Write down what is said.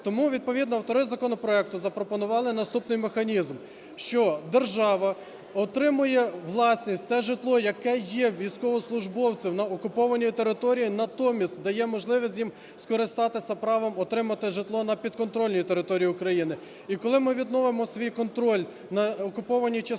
Тому відповідно автори законопроекту запропонували наступний механізм, що держава отримує у власність те житло, яке є у військовослужбовців на окупованій території, натомість дає можливість їм скористатися правом отримати житло на підконтрольній території України. І коли ми відновимо свій контроль на окупованій частині